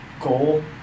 goal